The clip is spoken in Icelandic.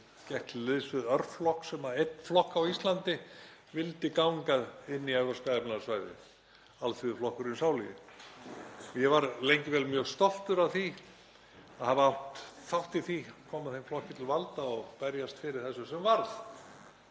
til liðs við örflokk sem einn flokka á Íslandi vildi ganga inn í Evrópska efnahagssvæðið, Alþýðuflokkinn sáluga. Ég var lengi vel mjög stoltur af því að hafa átt þátt í því að koma þeim flokki til valda og berjast fyrir þessu sem varð.